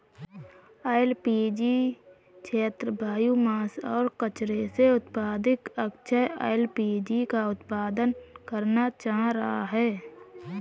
LPG क्षेत्र biomass और कचरे से उत्पादित अक्षय एल.पी.जी का उत्पादन करना चाह रहा है